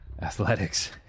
Athletics